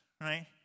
right